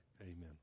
Amen